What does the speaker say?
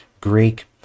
Greek